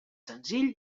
senzill